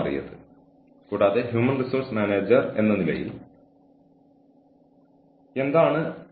വീണ്ടും നിങ്ങളുടെ സ്വകാര്യ ഇടം എന്ന പഴഞ്ചൻ പഴഞ്ചൊല്ലിന്റെ വലിയ ആരാധകനാണ് ഞാൻ